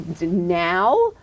Now